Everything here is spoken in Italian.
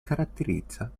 caratterizza